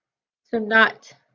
so not